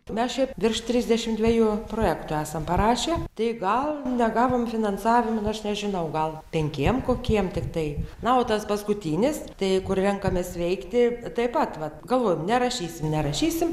mes šiaip virš trisdešimt dviejų projektų esam parašę tai gal negavom finansavimo nu aš nežinau gal penkiem kokiem tiktai na o tas paskutinis tai kur renkamės veikti taip pat vat galvojom nerašysim nerašysim